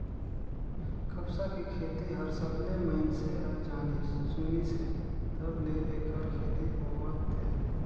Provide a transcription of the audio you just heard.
कपसा के खेती हर सबलें मइनसे हर जानिस सुनिस हे तब ले ऐखर खेती होवत हे